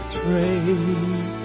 trade